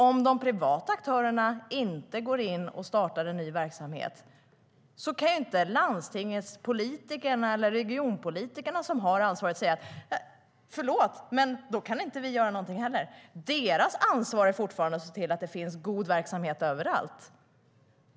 Om de privata aktörerna inte går in och startar en ny verksamhet kan inte landstingets politiker eller regionpolitikerna som har ansvaret säga: Förlåt, men då kan inte vi göra någonting heller! Deras ansvar är fortfarande att se till att det finns god verksamhet överallt.